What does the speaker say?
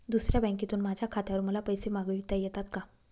दुसऱ्या बँकेतून माझ्या खात्यावर मला पैसे मागविता येतात का?